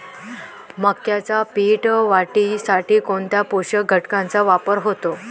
मक्याच्या पीक वाढीसाठी कोणत्या पोषक घटकांचे वापर होतो?